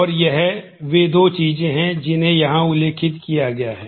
और यह वे दो चीजें हैं जिन्हें यहां उल्लिखित किया गया है